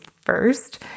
first